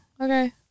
okay